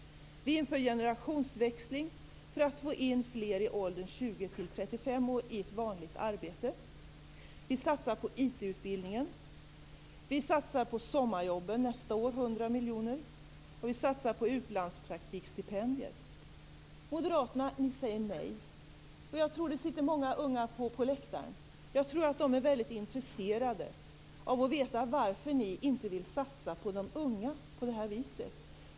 Vi inför generationsväxling för att få in fler i åldern 20-35 år i ett vanligt arbete. Vi satsar på IT utbildningen. Vi satsar 100 miljoner på sommarjobben nästa år, och vi satsar på utlandspraktikstipendier. Moderaterna säger nej. Det sitter många unga på läktaren, och jag tror att de är väldigt intresserade av att veta varför ni inte vill satsa på de unga på det här viset.